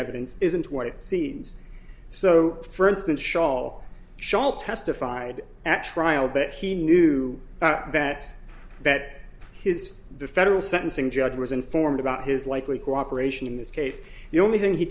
evidence isn't what it seems so for instance schall shall testified at trial that he knew that that his the federal sentencing judge was informed about his likely cooperation in this case the only thing he